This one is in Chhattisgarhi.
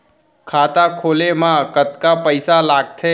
खाता खोले मा कतका पइसा लागथे?